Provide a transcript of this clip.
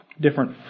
Different